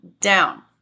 down